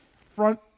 front